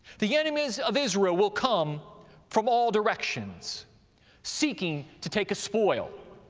the enemies of israel will come from all directions seeking to take a spoil,